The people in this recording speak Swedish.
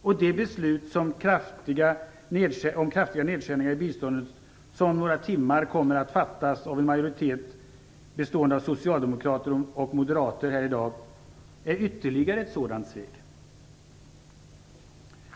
Och det beslut om kraftiga nedskärningar i biståndet som om några timmar kommer att fattas av en majoritet bestående av socialdemokrater och moderater är ytterligare ett sådant svek.